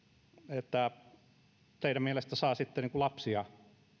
teidän mielestänne saa sitten lapsia